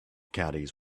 caddies